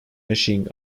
machine